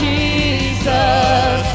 Jesus